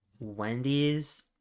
Wendy's